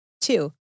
two